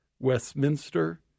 Westminster